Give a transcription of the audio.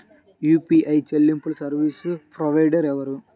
UPI చెల్లింపు service provider ఎవరు?